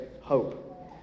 hope